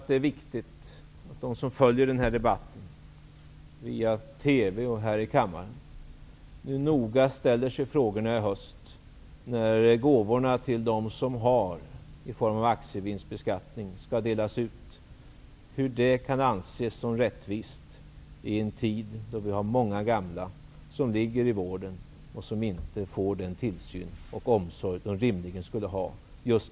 Det är viktigt att de som följer denna debatt via TV och här i kammaren ställer sig frågan i höst, när gåvorna i form av sänkt aktievinstbeskattning skall delas ut till dem som redan har, hur detta kan anses vara rättvist i en tid då många gamla inom vården just därför att resurserna saknas inte får den tillsyn och omsorg som de rimligen borde ha.